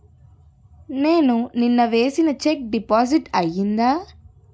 నేను నిన్న వేసిన చెక్ డిపాజిట్ అయిందా?